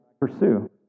pursue